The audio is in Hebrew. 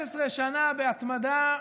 15 שנה בהתמדה.